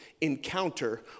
encounter